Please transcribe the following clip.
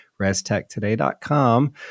restechtoday.com